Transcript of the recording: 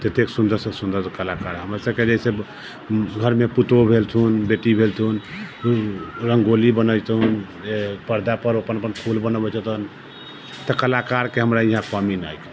तते सुन्दर से सुन्दर कलाकार हमर सबके जैसे घर मे पूतोहू भेलथून बेटी भेलथून रंगोली बनेथून पर्दा पर अपन अपन फूल बनबै जेतैन तऽ कलाकार के हमरा इहाँ कमी नै है